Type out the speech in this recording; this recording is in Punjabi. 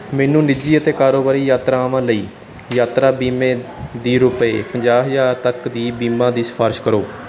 ਮੈਨੂੰ ਨਿੱਜੀ ਅਤੇ ਕਾਰੋਬਾਰੀ ਯਾਤਰਾਵਾਂ ਲਈ ਯਾਤਰਾ ਬੀਮੇ ਦੀ ਰੁਪਏ ਪੰਜ ਹਜ਼ਾਰ ਤੱਕ ਦੀ ਬੀਮਾ ਦੀ ਸਿਫ਼ਾਰਸ਼ ਕਰੋ